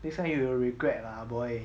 next time you will regret lah ah boy